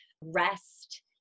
rest